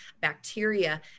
bacteria